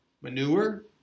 manure